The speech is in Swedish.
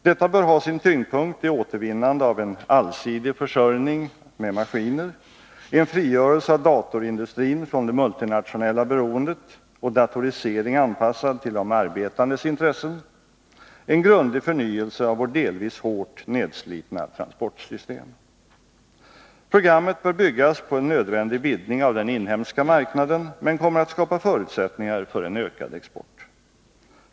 Detta bör ha sin tyngdpunkt i återvinnande av en allsidig försörjning med maskiner, en frigörelse av datorindustrin från det multinationella beroendet och datorisering anpassad till de arbetandes intressen samt en grundlig förnyelse av vårt delvis hårt nedslitna transportsystem. Programmet bör byggas på en nödvändig vidgning av den inhemska marknaden men kommer att skapa förutsättningar för en ökad export.